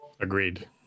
Agreed